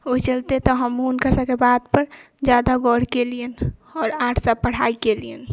ओइ चलते तऽ हमहूँ हुनकर सबके बातपर जादा गौर कयलियनि आओर आर्ट्ससँ पढ़ाइ कयलियनि